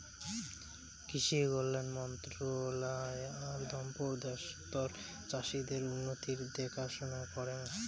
কৃষি কল্যাণ মন্ত্রণালয় আর দপ্তর দ্যাশতর চাষীদের উন্নতির দেখাশনা করেঙ